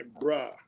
bruh